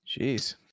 Jeez